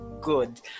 good